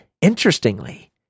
interestingly